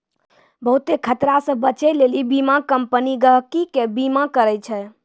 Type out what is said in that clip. बहुते खतरा से बचै लेली बीमा कम्पनी गहकि के बीमा करै छै